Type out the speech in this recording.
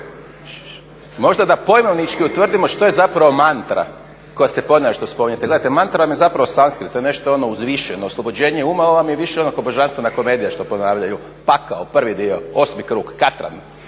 možda pojmovnički utvrdimo što je zapravo mantra koja se ponavlja što spominjete. Gledajte, mantra vam je zapravo sanskrit, to je nešto ono uzvišeno, oslobođenje uma, ovo vam je više ono kao božanstvena komedija što ponavljaju, pakao prvi dio, osmi krug, katran.